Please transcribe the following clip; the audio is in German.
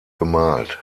bemalt